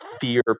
fear